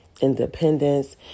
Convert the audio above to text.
independence